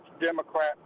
Democrat